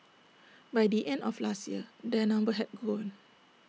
by the end of last year their number had grown